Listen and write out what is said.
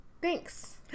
Thanks